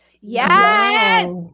yes